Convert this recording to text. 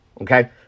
Okay